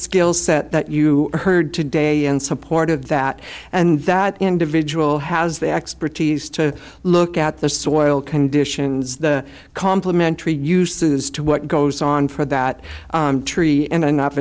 skill set that you heard today in support of that and that individual has the expertise to look at the soil conditions the complementary uses to what goes on for that tree and